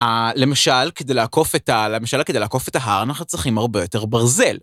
למשל, כדי לעקוף את ה... למשל, כדי לעקוף את ההר, אנחנו צריכים הרבה יותר ברזל.